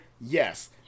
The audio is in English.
Yes